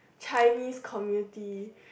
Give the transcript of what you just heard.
Chinese community